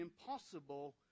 impossible